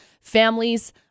Families